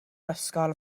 ysgol